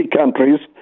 countries